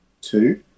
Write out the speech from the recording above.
two